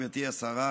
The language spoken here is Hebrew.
גברתי השרה,